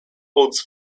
holds